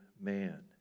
man